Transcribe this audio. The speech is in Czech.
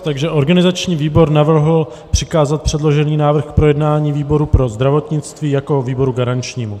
Takže organizační výbor navrhl přikázat předložený návrh k projednání výboru pro zdravotnictví jako výboru garančnímu.